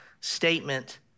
statement